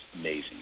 amazing